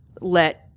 let